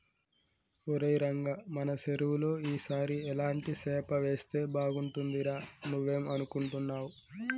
ఒరై రంగ మన సెరువులో ఈ సారి ఎలాంటి సేప వేస్తే బాగుంటుందిరా నువ్వేం అనుకుంటున్నావ్